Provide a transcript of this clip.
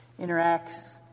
interacts